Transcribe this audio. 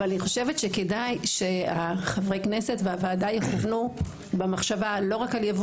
אני חושבת שכדאי שחברי הכנסת והוועדה יכוונו במחשבה לא רק על ייבוא